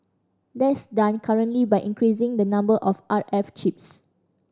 that's done currently by increasing the number of R F chips